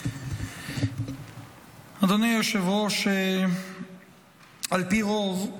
אדוני היושב-ראש, על פי רוב,